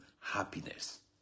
happiness